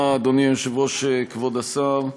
אדוני היושב-ראש, תודה רבה, כבוד השר,